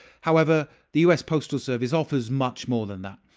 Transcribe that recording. however, the us postal service offers much more than that.